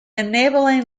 enabling